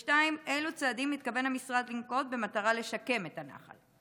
2. אילו צעדים מתכוון המשרד לנקוט במטרה לשקם את הנחל?